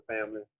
family